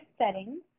settings